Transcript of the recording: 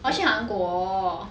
我要去韩国